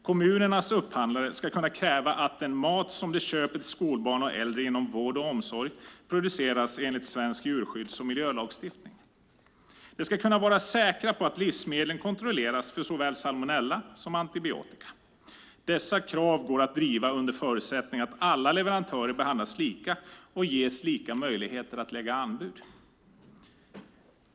Kommunernas upphandlare ska kunna kräva att den mat som de köper till skolbarn och äldre inom vård och omsorg produceras enligt svensk djurskydds och miljölagstiftning. De ska kunna vara säkra på att livsmedlen kontrolleras för såväl salmonella som antibiotika. Dessa krav går att driva under förutsättning att alla leverantörer behandlas lika och ges lika möjligheter att lägga anbud.